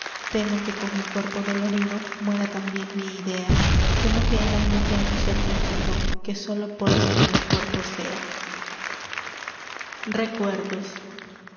temo que con mi cuerpo dolorido muera tambien mi idea temo que el alma sea un sér fingido que sólo polvo como el cuerpo sea recuerdos